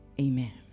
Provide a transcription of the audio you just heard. Amen